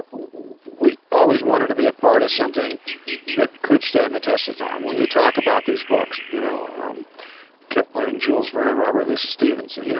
we always wanted to be a part of something that could stand the test of time when you talk about these books you know um kipling, jules verne, robert louis stevenson, you know